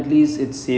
mm